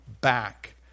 back